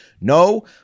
No